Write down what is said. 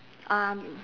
um